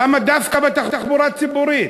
למה דווקא בתחבורה ציבורית?